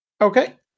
Okay